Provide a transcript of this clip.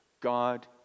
God